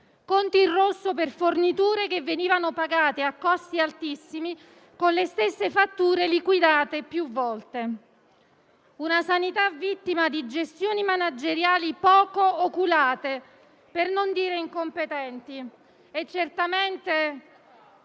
cosa siano - e per forniture pagate a costi altissimi con le stesse fatture liquidate più volte; una sanità vittima di gestioni manageriali poco oculate, per non dire incompetenti. Certamente,